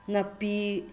ꯅꯥꯄꯤ